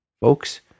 Folks